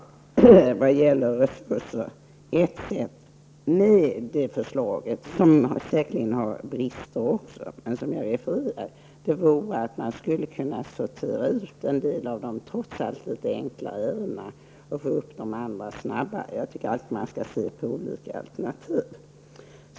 Vad gäller resurser är ett sätt beträffande det förslag som jag refererade och som säkert också har brister att sortera ut en del av de ärenden som trots allt är litet enklare för att i stället få fram andra ärenden snabbare. Jag tycker alltså att man skall se på olika alternativ.